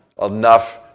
Enough